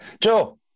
Joe